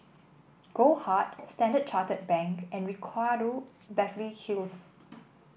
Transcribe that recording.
Goldheart Standard Chartered Bank and Ricardo Beverly Hills